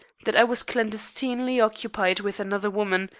that i was clandestinely occupied with another woman,